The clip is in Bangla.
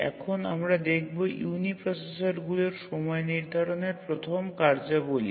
এখন আমরা দেখবো ইউনিপ্রসেসরগুলির সময় নির্ধারণের প্রথম কার্যগুলি